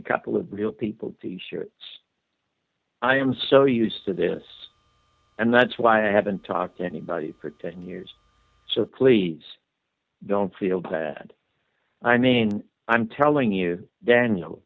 a couple of real people i am so used to this and that's why i haven't talked to anybody for ten years so please don't feel bad i mean i'm telling you daniel